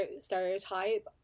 stereotype